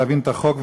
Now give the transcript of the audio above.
כדי להבין את החוק,